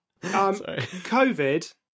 COVID